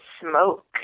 smoke